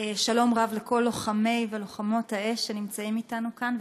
שלום רב לכל לוחמות ולוחמי האש שנמצאים אתנו כאן,